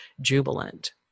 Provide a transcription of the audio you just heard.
jubilant